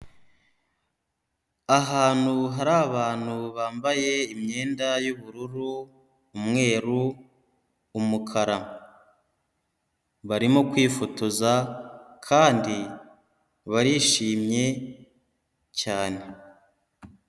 Ahantu hari abantu bambaye imyenda y'ubururu, umweru, umukara, barimo kwifotoza kandi barishimye cyane.